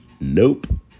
Nope